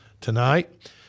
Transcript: tonight